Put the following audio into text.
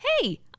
hey